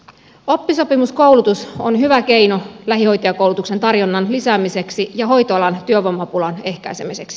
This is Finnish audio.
oppisopimuskoulutus on hyvä keino lähihoitajakoulutuksen tarjonnan lisäämiseksi ja hoitoalan työvoimapulan ehkäisemiseksi